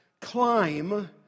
climb